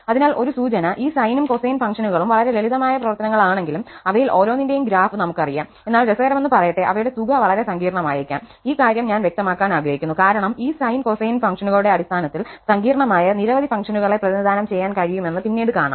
അതിനാൽ ഒരു സൂചന ഈ സൈനും കൊസൈൻ ഫംഗ്ഷനുകളും വളരെ ലളിതമായ പ്രവർത്തനങ്ങളാണെങ്കിലും അവയിൽ ഓരോന്നിന്റെയും ഗ്രാഫ് നമുക്കറിയാം എന്നാൽ രസകരമെന്നു പറയട്ടെ അവയുടെ തുക വളരെ സങ്കീർണമായേക്കാം ഈ കാര്യം ഞാൻ വ്യക്തമാക്കാൻ ആഗ്രഹിക്കുന്നു കാരണം ഈ സൈൻ കൊസൈൻ ഫംഗ്ഷനുകളുടെ അടിസ്ഥാനത്തിൽ സങ്കീർണമായ നിരവധി ഫംഗ്ഷനുകളെ പ്രതിനിധാനം ചെയ്യാൻ കഴിയുമെന്ന് പിന്നീട് കാണാം